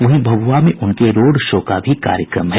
वहीं भभुआ में उनके रोड शो का भी कार्यक्रम है